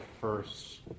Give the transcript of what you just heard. first